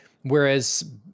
Whereas